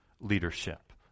leadership